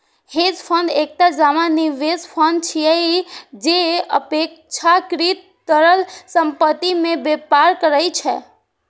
hedge fund एकटा जमा निवेश फंड छियै, जे अपेक्षाकृत तरल संपत्ति मे व्यापार करै छै